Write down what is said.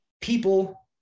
people